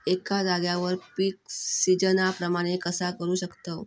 एका जाग्यार पीक सिजना प्रमाणे कसा करुक शकतय?